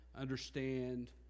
understand